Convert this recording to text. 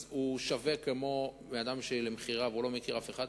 הוא שווה כמו שזה למכירה והוא לא מכיר אף אחד,